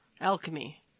Alchemy